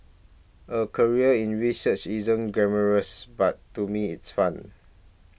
a career in research isn't glamorous but to me it's fun